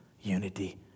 unity